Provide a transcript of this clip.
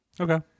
Okay